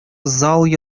зал